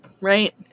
right